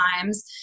times